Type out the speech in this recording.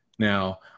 Now